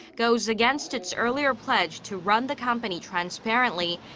goes against its earlier pledge to run the company transparently.